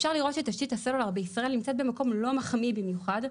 אפשר לראות שתשתית הסלולר בישראל נמצאת במקום לא מחמיא במיוחד,